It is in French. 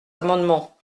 amendements